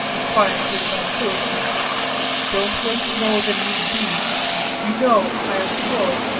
as quietly as i could don't wait more than need be you know, i am sure,